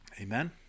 Amen